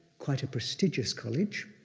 quite a prestigious college,